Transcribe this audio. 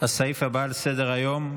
הסעיף הבא על סדר-היום,